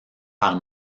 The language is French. par